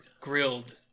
grilled